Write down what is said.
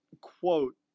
quote